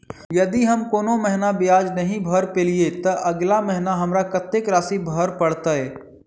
यदि हम कोनो महीना ब्याज नहि भर पेलीअइ, तऽ अगिला महीना हमरा कत्तेक राशि भर पड़तय?